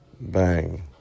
bang